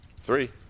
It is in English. three